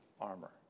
armor